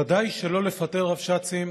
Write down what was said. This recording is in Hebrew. ודאי שלא לפטר רבש"צים